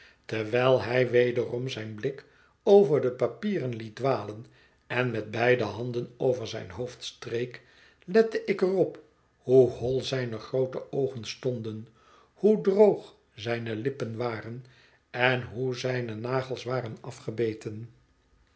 terwijl hij wederom zijn blik over de papieren liet dwalen en met beide handen over zijn hoofd streek lette ik er op hoe hol zijne groote oogen stonden hoe droog zijne lippen waren en hoe zijne nagels waren afgebeten